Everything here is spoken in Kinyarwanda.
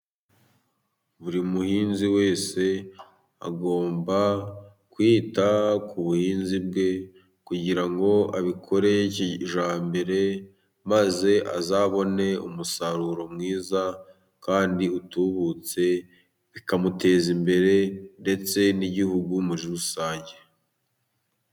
Buri muhinzi wese agomba kwita ku buhinzi bwe kugira ngo abikore kijyambere, maze azabone umusaruro mwiza kandi utubutse, bikamuteza imbere ndetse n'igihugu muri rusange.